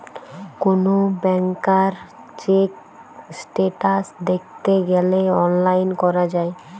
কোন ব্যাংকার check status দ্যাখতে গ্যালে অনলাইন করা যায়